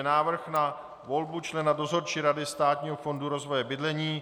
Návrh na volbu člena Dozorčí rady Státního fondu rozvoje bydlení